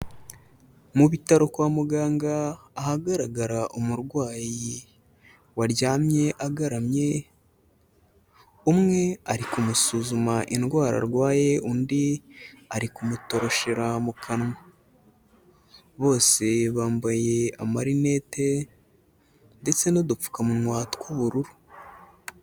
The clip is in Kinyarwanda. Mu bitaro kwa muganga ahagaragara umurwayi waryamye agaramye, umwe ari kumusuzuma indwara arwaye, undi ari kumutoroshera mu kanwa, bose bambaye amarinete ndetse n'udupfukamunwa tw'ubururu.